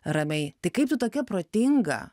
ramiai tai kaip tu tokia protinga